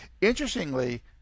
Interestingly